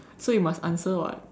so you must answer [what]